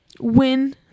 Win